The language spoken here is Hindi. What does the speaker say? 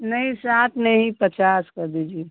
नहीं साठ नहीं पचास कर दीजिए